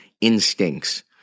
instincts